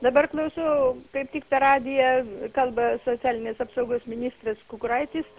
dabar klausau kaip tik per radiją kalba socialinės apsaugos ministras kukuraitis